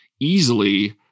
easily